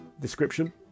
description